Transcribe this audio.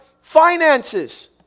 finances